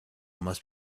must